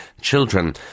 children